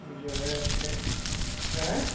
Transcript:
जो है यह कि ऐं